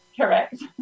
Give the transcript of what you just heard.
correct